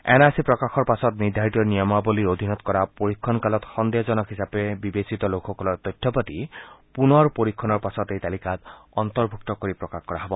N R C প্ৰকাশৰ পাছত নিৰ্ধাৰিত নিয়মাৱলীৰ অধীনত কৰা পৰীক্ষণকালত সন্দেহজনক হিচাপে বিবেচিত লোকসকলৰ তথ্য পাতি পুনৰ পৰীক্ষণৰ পাছত এই তালিকাত অন্তৰ্ভুক্ত কৰি প্ৰকাশ কৰা হব